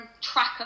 tracker